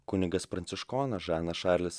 kunigas pranciškonas žanas čarlis